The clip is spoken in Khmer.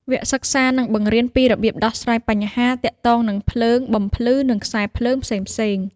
វគ្គសិក្សានឹងបង្រៀនពីរបៀបដោះស្រាយបញ្ហាទាក់ទងនឹងភ្លើងបំភ្លឺនិងខ្សែភ្លើងផ្សេងៗ។